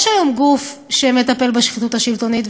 יש היום גוף שמטפל בשחיתות השלטונית,